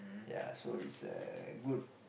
ya so he's a good